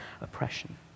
oppression